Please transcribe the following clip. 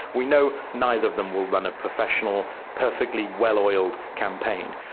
we know neither of them will run a professional, perfectly well-oiled campaign.